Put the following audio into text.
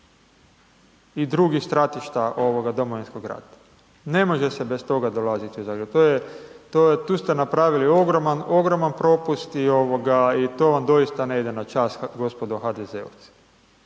i drugih stratišta ovoga Domovinskoga rata. Ne može se bez toga dolaziti u Zagreb, tu ste napravili ogroman propust i to vam doista ne ide na čast gospodo HDZ-ovci.